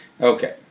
okay